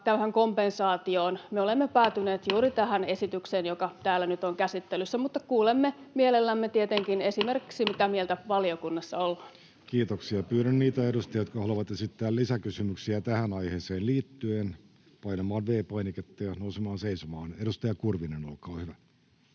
tähän kompensaatioon: me olemme päätyneet juuri tähän esitykseen, joka täällä nyt on käsittelyssä, mutta kuulemme mielellämme tietenkin esimerkiksi sitä, mitä mieltä valiokunnassa ollaan. Kiitoksia. — Pyydän niitä edustajia, jotka haluavat esittää lisäkysymyksiä tähän aiheeseen liittyen, painamaan V-painiketta ja nousemaan seisomaan. — Edustaja Kurvinen, olkaa hyvä.